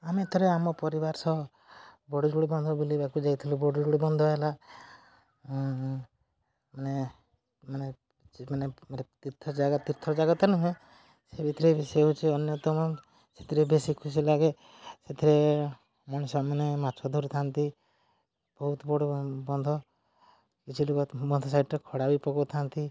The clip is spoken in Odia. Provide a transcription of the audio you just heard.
ଆମେ ଏଥିରେ ଆମ ପରିବାର ସହ ବଡ଼ଜୁଡ଼ି ବନ୍ଧ ବୁଲିବାକୁ ଯାଇଥିଲୁ ବଡ଼ଜୁଡ଼ି ବନ୍ଧ ହେଲା ମାନେ ମାନେ ମାନେ ତୀର୍ଥ ଜାଗା ତୀର୍ଥ ଜାଗା ତ ନୁହେଁ ସେ ଭିତରେ ବି ସେ ହେଉଛି ଅନ୍ୟତମ ସେଥିରେ ବେଶୀ ଖୁସିଲାଗେ ସେଥିରେ ମଣିଷମାନେ ମାଛ ଧରିଥାନ୍ତି ବହୁତ ବଡ଼ ବନ୍ଧ କିଛି ଲୋକ ବନ୍ଧ ସାଇଟରେ ଖଡ଼ା ବି ପକଉଥାନ୍ତି